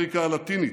אמריקה הלטינית,